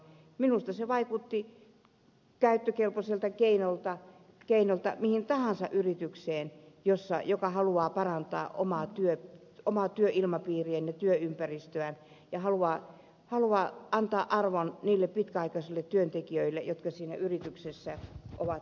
minusta se vaikutti käyttökelpoiselta keinolta mille tahansa yritykselle joka haluaa parantaa omaa työilmapiiriään ja työympäristöään ja haluaa antaa arvon niille pitkäaikaisille työntekijöille jotka siinä yrityksessä ovat elämäntyönsä tehneet